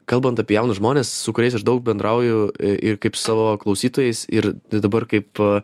kalbant apie jaunus žmones su kuriais aš daug bendrauju ir kaip su savo klausytojais ir dabar kaip